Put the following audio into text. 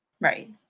Right